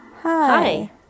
Hi